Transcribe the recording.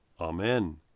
Amen